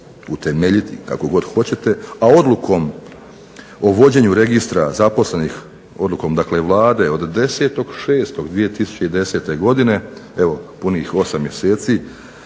utemeljiti kako god hoćete, a odlukom o vođenju registra zaposlenih, odlukom dakle Vlade od 10.6.2010. godine evo punih 8 mjeseci